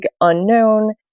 unknown